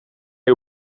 hij